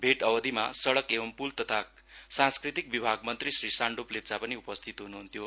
भेट अवधिमा सड़क एवं पुल तथा सांस्कृतिक विभाग मन्त्री श्री सामडुप लेप्चा पनि उपस्थित हुनुहुन्थ्यो